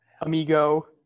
amigo